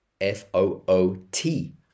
F-O-O-T